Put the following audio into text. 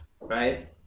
right